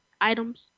items